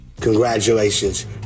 Congratulations